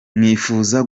mwifuza